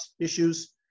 issues